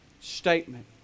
statement